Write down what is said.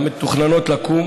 המתוכננות לקום,